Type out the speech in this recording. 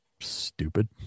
stupid